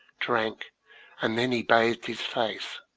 drank and then he bathed his face.